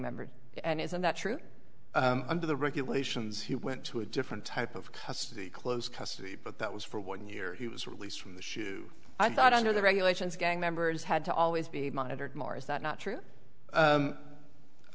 member and isn't that true under the regulations he went to a different type of custody close custody but that was for one year he was released from the shoe i thought under the regulations gang members had to always be monitored more is that not true